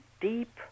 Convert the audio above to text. deep